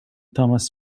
thomas